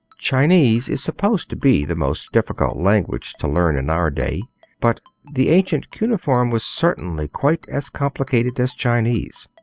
chinese is supposed to be the most difficult language to learn in our day but the ancient cuneiform was certainly quite as complicated as chinese.